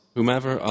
Whomever